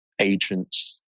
agents